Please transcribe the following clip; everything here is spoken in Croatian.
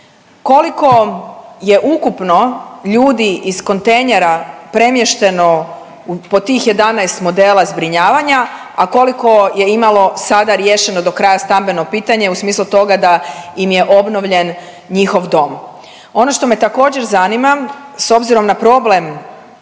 koliko je ukupno ljudi iz kontejnera premješteno po tih 11 modela zbrinjavanja, a koliko je imalo sada riješeno do kraja stambeno pitanje u smislu toga da im je obnovljen njihov dom? Ono što me također zanima, s obzirom na problem